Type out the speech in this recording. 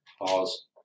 pause